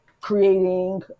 creating